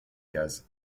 gaz